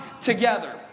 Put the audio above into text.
together